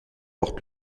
porte